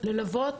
ללוות